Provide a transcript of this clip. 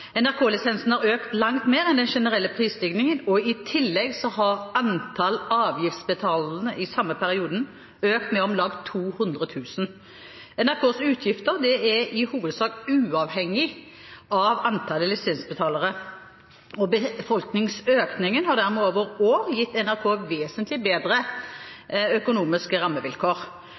NRK-lisensen har økt langt mer enn den generelle prisstigningen, og i tillegg har antallet avgiftsbetalere i samme periode økt med om lag 200 000. NRKs utgifter er i hovedsak uavhengig av antallet lisensbetalere, og befolkningsøkningen har dermed over år gitt NRK vesentlig